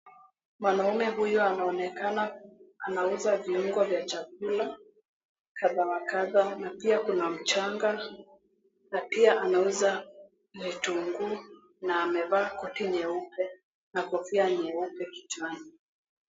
Mwanaume huyu anaonekana anaosha viungo vya chakula kadhaa wa kadhaa na pia kuna mchanga, na pia anauza vitunguu na amevaa koti nyeupe na kofia nyeupe kichwani.